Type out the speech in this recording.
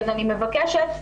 אני מבקשת,